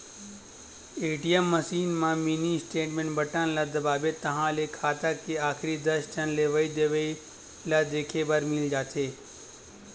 ATM machine म mini statement button ल दबाबे ताहाँले खाता के आखरी दस ठन लेवइ देवइ ल देखे बर मिल जाथे